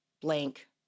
Blank